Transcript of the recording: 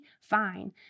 fine